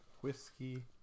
whiskey